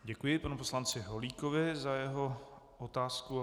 Děkuji panu poslanci Holíkovi za jeho otázku.